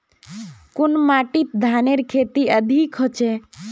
कुन माटित धानेर खेती अधिक होचे?